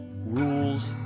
rules